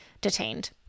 detained